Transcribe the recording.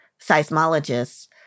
seismologists